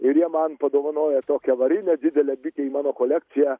ir jie man padovanojo tokią varinę didelę bitę į mano kolekciją